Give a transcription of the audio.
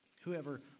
Whoever